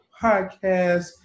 podcast